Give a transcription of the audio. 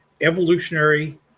evolutionary